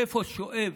מאיפה שואב